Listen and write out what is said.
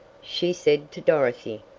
she said to dorothy.